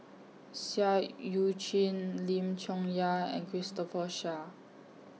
Seah EU Chin Lim Chong Yah and Christopher Chia